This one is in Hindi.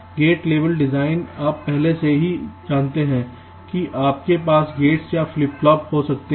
गेट लेवल के डिजाइन आप पहले से ही जानते हैं कि आपके पास गेट्स या फ्लिप फ्लॉप कहां हो सकते हैं